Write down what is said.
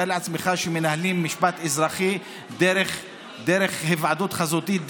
תאר לעצמך שמנהלים משפט אזרחי דרך היוועדות חזותית,